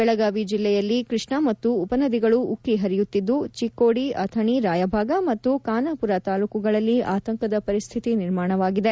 ಬೆಳಗಾವಿ ಜಿಲ್ಲೆಯಲ್ಲಿ ಕೃಷ್ಣಾ ಮತ್ತು ಉಪನದಿಗಳು ಉಕ್ಕೆ ಹರಿಯುತ್ತಿದ್ದು ಚಿಕ್ಕೋಡಿ ಅಥಣಿ ರಾಯಭಾಗ ಮತ್ತು ಬಾನ್ವಾಪುರ ತಾಲೂಕುಗಳಲ್ಲಿ ಆತಂಕದ ಪರಿಸ್ಥಿತಿ ನಿರ್ಮಾಣವಾಗಿದೆ